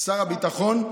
שר הביטחון,